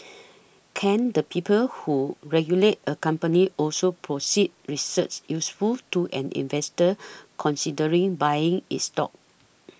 can the people who regulate a company also produce research useful to an investor considering buying its stock